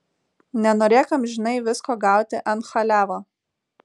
nenorėk amžinai visko gauti ant chaliavo